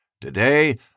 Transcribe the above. Today